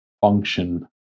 function